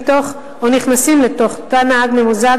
בתוך תא הנהג עצמו,